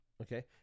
Okay